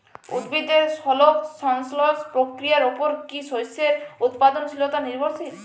উদ্ভিদের সালোক সংশ্লেষ প্রক্রিয়ার উপর কী শস্যের উৎপাদনশীলতা নির্ভরশীল?